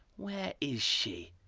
where is she?